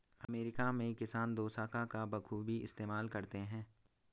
America में किसान दोशाखा का बखूबी इस्तेमाल करते हैं